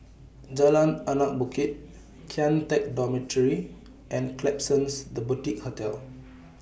Jalan Anak Bukit Kian Teck Dormitory and Klapsons The Boutique Hotel